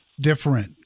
different